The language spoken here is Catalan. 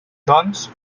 doncs